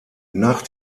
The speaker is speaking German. nach